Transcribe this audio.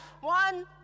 One